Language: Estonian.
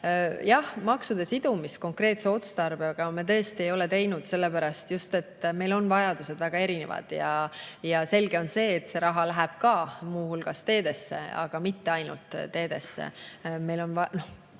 Jah, maksude sidumist konkreetse otstarbega me tõesti ei ole teinud, sellepärast et meil on vajadused väga erinevad. Selge on see, et see raha läheb muu hulgas teedesse, aga mitte ainult teedesse. Meil on